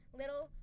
little